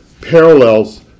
parallels